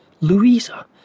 Louisa